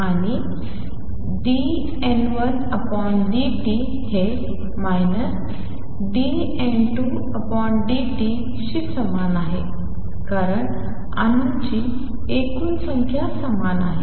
आणि dN1dt हे dN2dt समान आहे कारण अणूंची एकूण संख्या समान आहे